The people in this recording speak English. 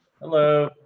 Hello